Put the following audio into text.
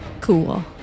Cool